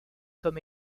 comme